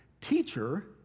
teacher